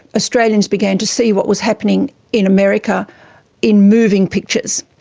australians began to see what was happening in america in moving pictures.